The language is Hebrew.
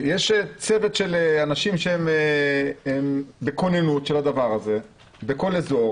יש צוות של אנשים שהם בכוננות בכל אזור,